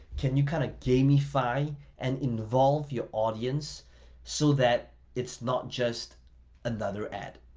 can you kind of gamify and involve your audience so that it's not just another ad?